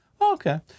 Okay